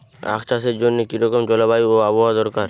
আখ চাষের জন্য কি রকম জলবায়ু ও আবহাওয়া দরকার?